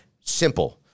simple